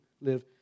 live